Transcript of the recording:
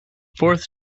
fourth